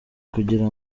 kugira